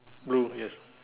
blue yes